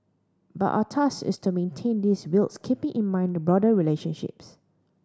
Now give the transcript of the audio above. but our task is to maintain this whilst keeping in mind the broader relationships